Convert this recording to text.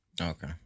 Okay